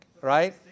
right